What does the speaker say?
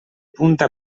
punta